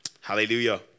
Hallelujah